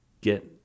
get